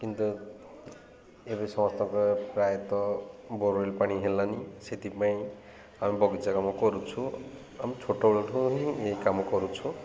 କିନ୍ତୁ ଏବେ ସମସ୍ତଙ୍କ ପ୍ରାୟତଃ ବୋରୱେଲ ପାଣି ହେଲାନି ସେଥିପାଇଁ ଆମେ ବଗିଚା କାମ କରୁଛୁ ଆମେ ଛୋଟବେଳଠୁ ହିଁ ଏଇ କାମ କରୁଛୁ